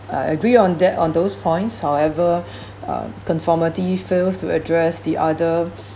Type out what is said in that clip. I agree on that on those points however uh conformity fails to address the other